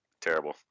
Terrible